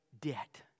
debt